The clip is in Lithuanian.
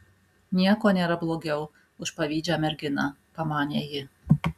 nieko nėra blogiau už pavydžią merginą pamanė ji